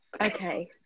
Okay